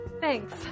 Thanks